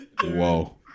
whoa